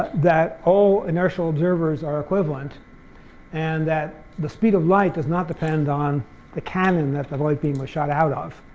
that all inertial observers are equivalent and that the speed of light does not depend on the cannon that the light beam was shot out of.